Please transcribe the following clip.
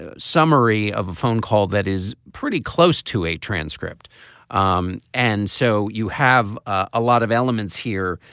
ah summary of a phone call that is pretty close to a transcript um and so you have a lot of elements here.